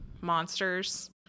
monsters